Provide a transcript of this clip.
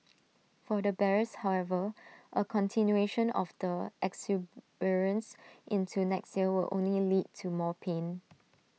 for the bears however A continuation of the exuberance into next year will only lead to more pain